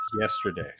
yesterday